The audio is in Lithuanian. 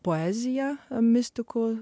poeziją mistiku